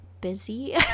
busy